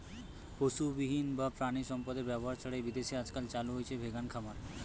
পশুবিহীন বা প্রাণিসম্পদএর ব্যবহার ছাড়াই বিদেশে আজকাল চালু হইচে ভেগান খামার